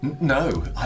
No